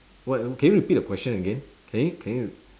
what can you repeat the question again can you can you